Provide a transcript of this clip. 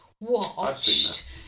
watched